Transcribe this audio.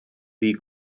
ddi